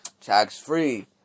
Tax-free